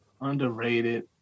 Underrated